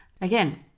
Again